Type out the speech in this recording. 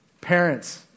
Parents